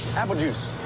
apple juice.